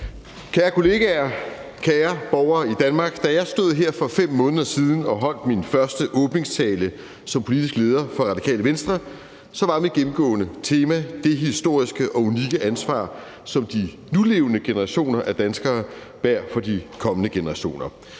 Kære kollegaer, kære borgere i Danmark, da jeg stod her for 5 måneder siden og holdt min første åbningstale som politisk leder for Radikale Venstre, var mit gennemgående tema det historiske og unikke ansvar, som de nulevende generationer af danskere bærer for de kommende generationer